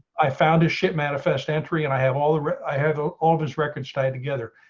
i found a ship manifest entry and i have all i have ah oldest records tied together.